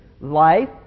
Life